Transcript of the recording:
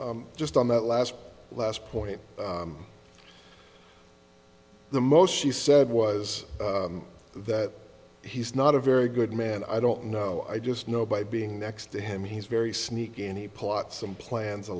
just on that last last point the most she said was that he's not a very good man i don't know i just know by being next to him he's very sneaky any plots and plans a